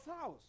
house